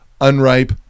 unripe